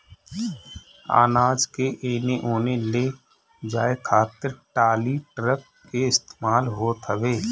अनाज के एने ओने ले जाए खातिर टाली, ट्रक के इस्तेमाल होत हवे